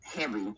heavy